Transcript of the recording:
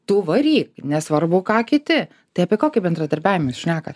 tu varyk nesvarbu ką kiti tai apie kokį bendradarbiavimą šnekat